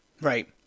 Right